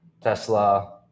Tesla